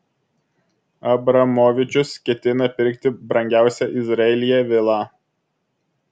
abramovičius ketina pirkti brangiausią izraelyje vilą